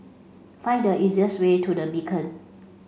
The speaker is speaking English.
find the easiest way to the Beacon